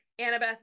Annabeth